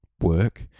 work